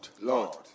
Lord